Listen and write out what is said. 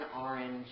orange